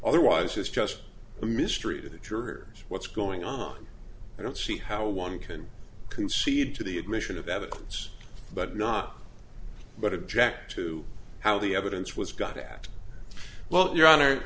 otherwise it's just a mystery to the jurors what's going on i don't see how one can concede to the admission of evidence but not but object to how the evidence was got that well your hon